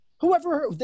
Whoever